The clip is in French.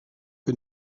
que